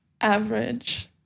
Average